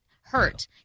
hurt